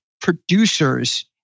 producers